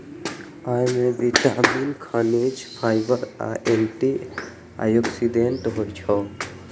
अय मे विटामिन, खनिज, फाइबर आ एंटी ऑक्सीडेंट होइ छै